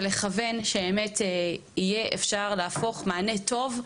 כדי שאפשר יהיה להפוך מענה טוב,